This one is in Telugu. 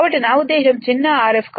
కాబట్టి నా ఉద్దేశ్యం చిన్న Rf